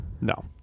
No